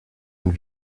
and